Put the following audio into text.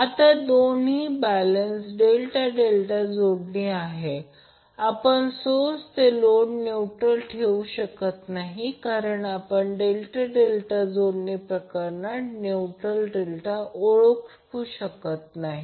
आता दोन्ही बॅलेन्स ∆∆ जोडली आहेत आपण सोर्स ते लोड न्यूट्रल ठेवू शकत नाही कारण आपण ∆∆ जोडणी प्रकरणात न्यूट्रल ओळखू शकत नाही